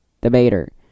debater